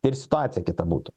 ir situacija kita būtų